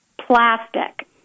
plastic